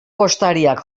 postariak